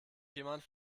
jemand